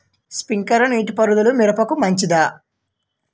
Sprinkler నీటిపారుదల మిరపకు మంచిదా?